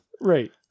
Right